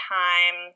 time